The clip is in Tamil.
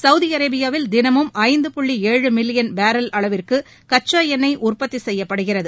சவுதிஅரேபியாவில் தினமும் ஐந்து புள்ளி ஏழு மில்லியன் பேரல் அளவிற்குக்சாஎண்ணெய் உற்பத்தி செய்யப்படுகிறது